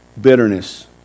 bitterness